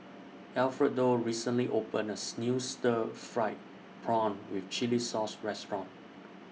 Alfredo recently opened New Stir Fried Prawn with Chili Sauce Restaurant